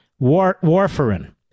warfarin